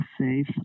safe